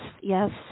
Yes